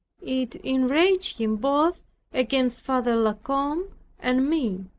it enraged him both against father la combe and me.